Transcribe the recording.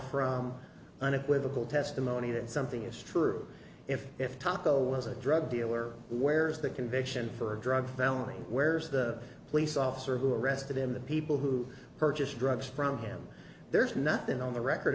from unequivocal testimony that something is true if if taco was a drug dealer where's the conviction for drug valerie where's the police officer who arrested him the people who purchased drugs from him there's nothing on the record